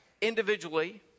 individually